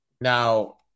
now